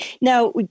Now